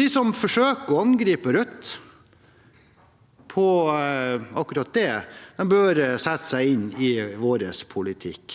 De som forsøker å angripe Rødt for akkurat det, bør sette seg inn i vår politikk.